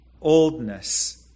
oldness